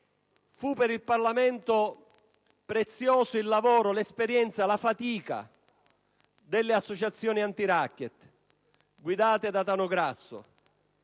per il Parlamento il lavoro, l'esperienza e la fatica delle associazioni antiracket, guidate da Tano Grasso.